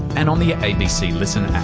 and on the abc listen app.